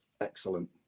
excellent